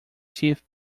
chief